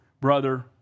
brother